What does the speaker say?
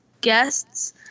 guests